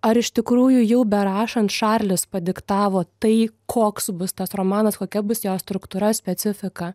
ar iš tikrųjų jau berašant čarlis padiktavo tai koks bus tas romanas kokia bus jo struktūra specifika